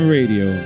Radio